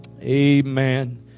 Amen